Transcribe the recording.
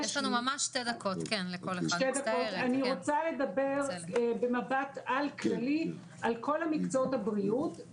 אני רוצה לדבר במבט על כללי על כל מקצועות הבריאות.